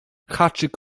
haczyk